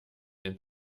den